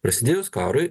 prasidėjus karui